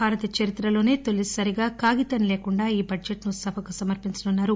భారత చరిత్రలో తొలిసారిగా కాగితం లేకుండా ఈ బడ్జెట్ ను సభకు సమర్పించనున్నారు